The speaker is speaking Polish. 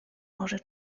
może